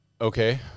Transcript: Okay